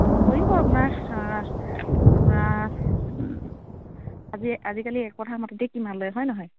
কৰিব আপোনাৰ আপোনাৰ আজি আজিকালি একঠাৰ মাটিতেই কিমান লয় হয় নহয়